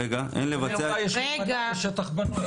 אבל היא אמרה יש הפגנות בשטח בנוי.